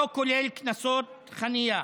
לא כולל קנסות חנייה.